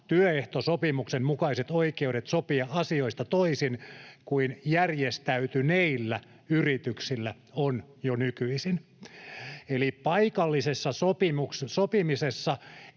työehtosopimuksen mukaiset oikeudet sopia toisin asioista kuin järjestäytyneillä yrityksillä on jo nykyisin. Eli paikallisessa sopimisessa